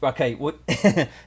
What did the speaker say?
okay